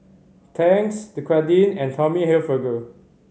Tangs Dequadin and Tommy Hilfiger